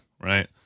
right